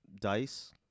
dice